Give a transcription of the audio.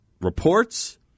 reports